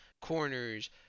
corners